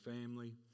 family